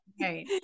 Right